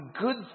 good